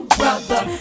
brother